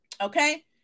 Okay